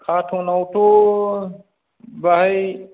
कार्टुनावथ' बेहाय